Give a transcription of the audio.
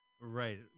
right